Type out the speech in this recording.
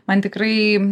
man tikrai